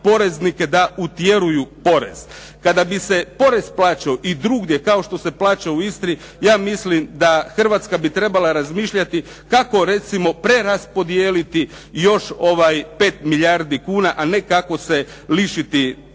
da utjeruju porez. Kada bi se porez plaćao i drugdje kao što se plaća u Istri, ja mislim da Hrvatska bi trebala razmišljati kako recimo preraspodijeliti još 5 milijardi kuna a ne još kako se lišiti